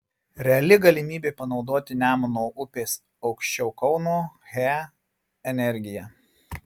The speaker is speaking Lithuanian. reali galimybė panaudoti nemuno upės aukščiau kauno he energiją